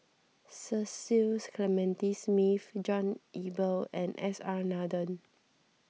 Cecil Clementi Smith John Eber and S R Nathan